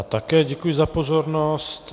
Také děkuji za pozornost.